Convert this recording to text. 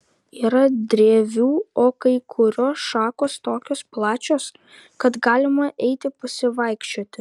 yra drevių o kai kurios šakos tokios plačios kad galima eiti pasivaikščioti